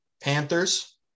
Panthers